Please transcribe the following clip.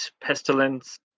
Pestilence